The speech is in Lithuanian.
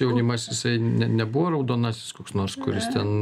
jaunimas jisai ne nebuvo raudonasis koks nors kuris ten